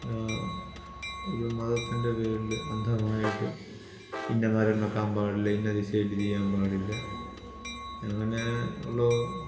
ഒരു മതത്തിൻ്റെ കീഴിൽ അന്ധമായിട്ട് ഇന്ന മരം വെക്കാൻ പാടില്ല ഇന്ന ദിശയിൽ തിരിയാൻ പാടില്ല അങ്ങനെ ഉള്ളോ